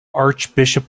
archbishop